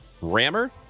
Rammer